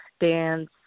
dance